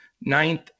ninth